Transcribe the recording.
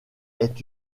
est